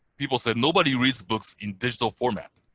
people said, nobody reads books in digital format.